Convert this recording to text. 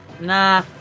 Nah